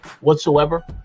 whatsoever